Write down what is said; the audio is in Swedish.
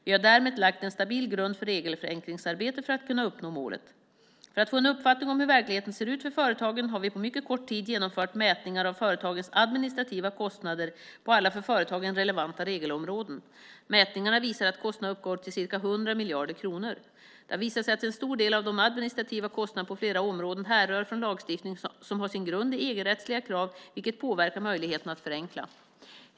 Vi har därmed lagt en stabil grund för regelförenklingsarbetet för att kunna uppnå målet. För att få en uppfattning om hur verkligheten ser ut för företagen har vi på mycket kort tid genomfört mätningar av företagens administrativa kostnader på alla för företagen relevanta regelområden. Mätningarna visar att kostnaderna uppgår till ca 100 miljarder kronor. Det har visat sig att en stor del av de administrativa kostnaderna på flera områden härrör från lagstiftning som har sin grund i EG-rättsliga krav, vilket påverkar möjligheterna att förenkla.